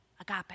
agape